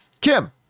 Kim